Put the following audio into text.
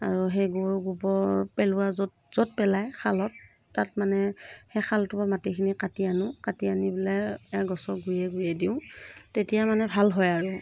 আৰু সেই গৰু গোবৰ পেলোৱা য'ত য'ত পেলাই খালত তাত মানে সেই খালটোৰ পৰা মাটিখিনি কাটি আনো কাটি আনি পেলাই গছৰ গুৰিয়ে গুৰিয়ে দিওঁ তেতিয়া মানে ভাল হয় আৰু